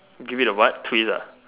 give it a what twist ah